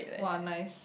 !wah! nice